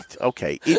okay